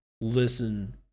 listen